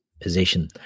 position